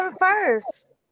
first